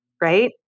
right